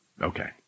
Okay